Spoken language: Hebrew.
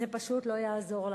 זה פשוט לא יעזור לכם.